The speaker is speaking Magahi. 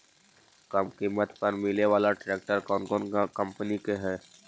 कम किमत पर मिले बाला ट्रैक्टर कौन कंपनी के है?